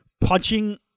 punching